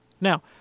Now